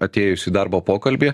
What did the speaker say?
atėjus į darbo pokalbį